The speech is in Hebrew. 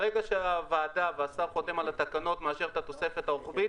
ברגע שהוועדה מאשרת והשר חותם על התקנות ומאשר את התוספת הרוחבית,